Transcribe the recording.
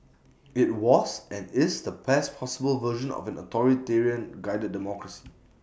IT was and is the best possible version of an authoritarian guided democracy